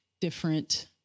different